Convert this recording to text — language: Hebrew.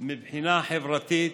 מבחינה חברתית,